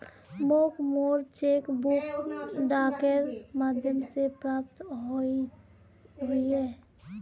मोक मोर cheque book डाकेर माध्यम से प्राप्त होइए